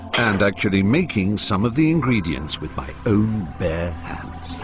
and actually making some of the ingredients with my own bare hands.